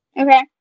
Okay